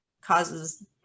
causes